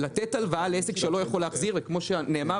לתת הלוואה לעסק שלא יכול להחזיר זה אסון,